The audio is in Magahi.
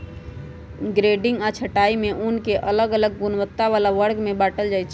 ग्रेडिंग आऽ छँटाई में ऊन के अलग अलग गुणवत्ता बला वर्ग में बाटल जाइ छइ